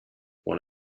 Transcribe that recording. one